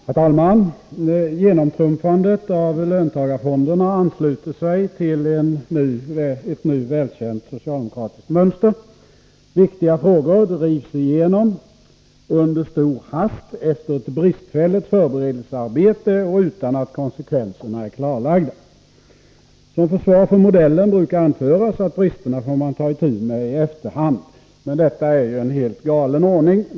Herr talman! Genomtrumfandet av löntagarfonderna ansluter sig till ett nu välkänt socialdemokratiskt mönster: Viktiga frågor drivs igenom under stor hast efter ett bristfälligt förberedelsearbete och utan att konsekvenserna är klarlagda. Som försvar för modellen brukar anföras att man får ta itu med bristerna i efterhand. Men detta är en helt galen ordning.